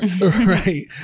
right